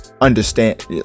understand